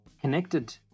connected